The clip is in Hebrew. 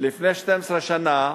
תקשיב לי, ברשותך.